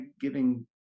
giving